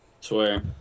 swear